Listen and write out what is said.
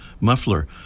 muffler